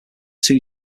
two